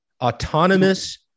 autonomous